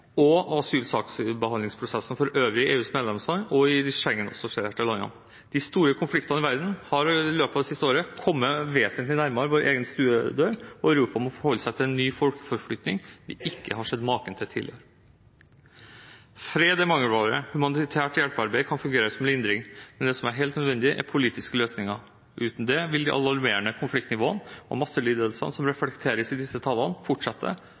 for øvrig i EUs medlemsland og i de Schengen-assosierte landene. De store konfliktene i verden har i løpet av det siste året kommet vesentlig nærmere vår egen stuedør, og Europa må forholde seg til en ny folkeforflytning som vi ikke har sett maken til tidligere. «Fred er mangelvare. Humanitært hjelpearbeid kan fungere som lindring. Men det som er helt nødvendig, er politiske løsninger. Uten det vil de alarmerende konfliktnivåene og masselidelsene som reflekteres i disse tallene, fortsette.»